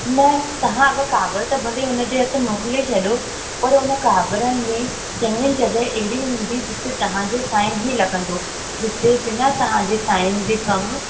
न तव्हां अगरि कागर त भले हुन जे हथ मोकिले छॾियो पर उन कागरनि में चङी जॻह अहिड़ी हूंदी जिते तव्हांजो साइन ई लॻंदो जिते बिना तव्हांजे साइन जे कमु